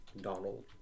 Donald